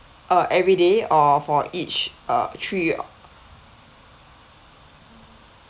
uh everyday or for each uh three